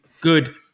good